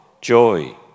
joy